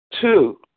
Two